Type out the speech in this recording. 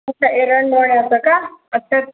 अच्छा एरंडवण्याचं का आता